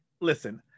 Listen